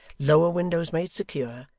lower windows made secure,